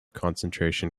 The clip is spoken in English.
concentration